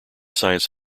science